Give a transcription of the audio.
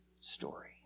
story